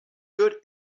good